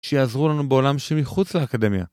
שיעזרו לנו בעולם שמחוץ לאקדמיה.